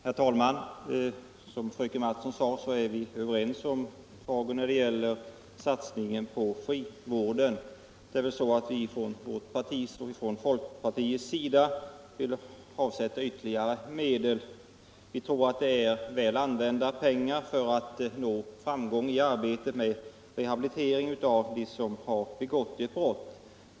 Herr talman! Som fröken Mattson sade, är vi överens om tagen när = vården det gäller satsningen på frivården. Vårt parti och folkpartiet vill emellertid avsätta ytterligare medel. Vi tror att det är väl använda pengar för att nå framgång i arbetet med rehabilitering av dem som har begått brott.